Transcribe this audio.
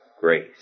grace